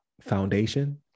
foundation